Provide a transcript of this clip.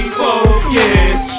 focus